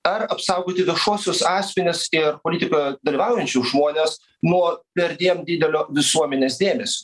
ar apsaugoti viešuosius asmenis ir politikoje dalyvaujančius žmones nuo perdėm didelio visuomenės dėmesio